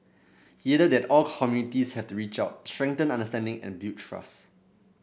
he added that all communities have to reach out strengthen understanding and build trust